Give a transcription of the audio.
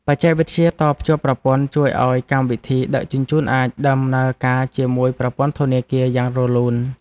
បច្ចេកវិទ្យាតភ្ជាប់ប្រព័ន្ធ ជួយឱ្យកម្មវិធីដឹកជញ្ជូនអាចដំណើរការជាមួយប្រព័ន្ធធនាគារយ៉ាងរលូន។